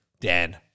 Dan